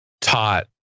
taught